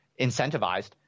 incentivized